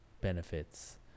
benefits